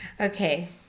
Okay